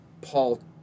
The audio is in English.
Paul